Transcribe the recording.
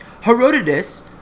Herodotus